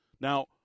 Now